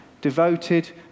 devoted